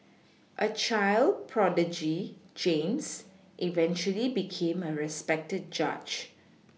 a child prodigy James eventually became a respected judge